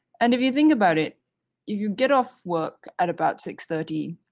and if you think about it, if you get off work at about six thirty,